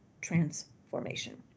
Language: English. transformation